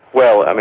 well,